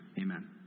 Amen